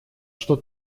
что